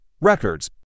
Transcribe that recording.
records